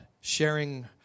sharing